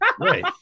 Right